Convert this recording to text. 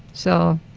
so,